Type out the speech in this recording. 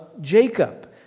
Jacob